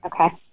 Okay